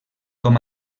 com